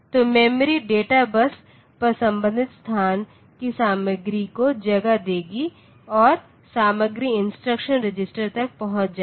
तो memory data bus पर संबंधित स्थान की सामग्री को जगह देगी और सामग्री इंस्ट्रक्शन रजिस्टर तक पहुंच जाएगी